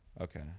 Okay